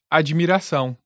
admiração